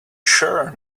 sure